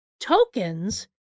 tokens